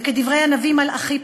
וכדברי הנביא מלאכי,